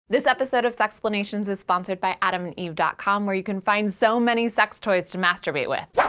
this episode of sexplanations is sponsored by adamandeve dot com where you can find so many sex toys to masturbate with! yeah